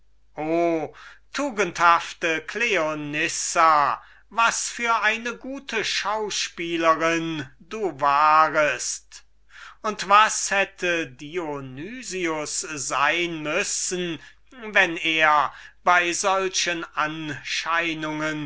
tugendhafte cleonissa was für eine gute aktrice warest du was hätte dionys sein müssen wenn er bei solchen